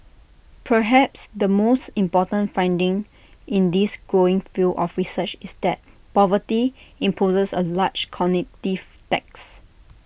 perhaps the most important finding in this growing field of research is that poverty imposes A large cognitive tax